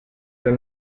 del